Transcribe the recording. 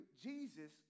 Jesus